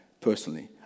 personally